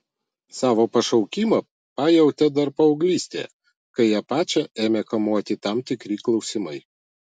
savo pašaukimą pajautė dar paauglystėje kai ją pačią ėmė kamuoti tam tikri klausimai